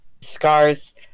scars